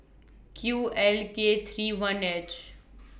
Q L K three one H